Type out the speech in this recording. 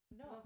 no